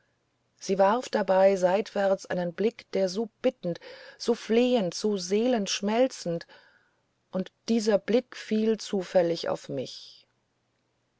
sie warf dabei seitwärts einen blick der so bittend so flehend so seelenschmelzend und dieser blick fiel zufällig auf mich